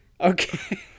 okay